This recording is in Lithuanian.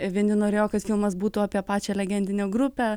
vieni norėjo kad filmas būtų apie pačią legendinę grupę